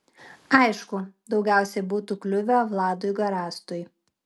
aišku daugiausiai būtų kliuvę vladui garastui